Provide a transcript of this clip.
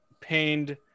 pained